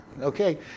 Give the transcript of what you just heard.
okay